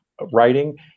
writing